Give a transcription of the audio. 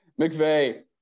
McVeigh